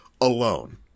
alone